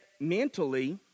mentally